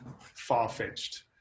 far-fetched